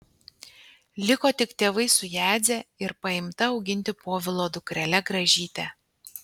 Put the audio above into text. liko tik tėvai su jadze ir paimta auginti povilo dukrele gražyte